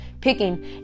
picking